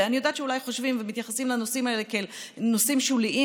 ואני יודעת שאולי חושבים ומתייחסים לנושאים האלה כאל נושאים שוליים,